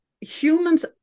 humans